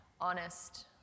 honest